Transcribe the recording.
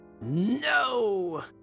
No